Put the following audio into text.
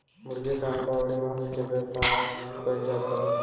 मुर्गी से अंडा अउरी मांस के व्यापार कईल जात हवे